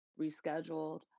rescheduled